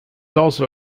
also